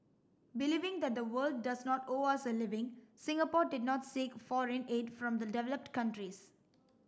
believing that the world does not owe us a living Singapore did not seek foreign aid from the developed countries